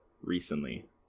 recently